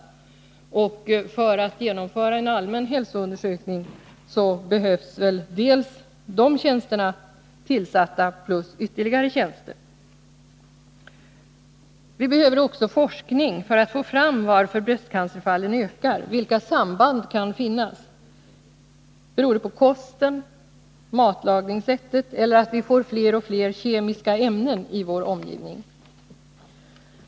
Men för att det skall kunna genomföras en allmän hälsoundersökning måste de tjänsterna vara tillsatta. Dessutom behövs ytterligare tjänster. 4. Vi behöver också forskning för att få en förklaring på varför bröstcancerfallen ökar. Vilka samband kan finnas? Beror ökningen på kosten, på matlagningssättet eller på att vi får fler och fler kemiska ämnen i omgivningen?